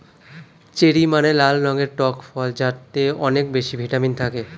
cherry মানে লাল রঙের টক ফল যাতে অনেক বেশি ভিটামিন থাকে